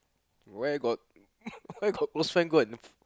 where got where got close friend go and